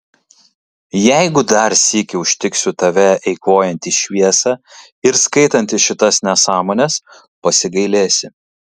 jeigu dar sykį užtiksiu tave eikvojantį šviesą ir skaitantį šitas nesąmones pasigailėsi